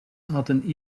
aten